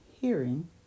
hearing